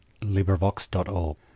LibriVox.org